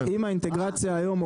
אם האינטגרציה היום,